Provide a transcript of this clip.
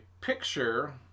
picture